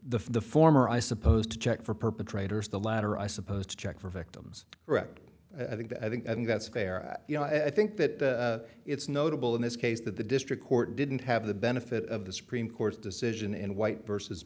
the the former i supposed to check for perpetrators the latter i supposed to check for victims correct i think that i think that's a fair you know i think that it's notable in this case that the district court didn't have the benefit of the supreme court's decision in white versus